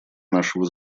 нашего